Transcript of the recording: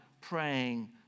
praying